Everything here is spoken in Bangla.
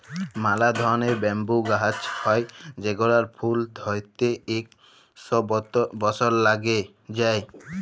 ম্যালা ধরলের ব্যাম্বু গাহাচ হ্যয় যেগলার ফুল ধ্যইরতে ইক শ বসর ল্যাইগে যায়